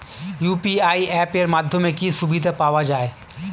UPI app এর মাধ্যমে কি কি সুবিধা পাওয়া যায়?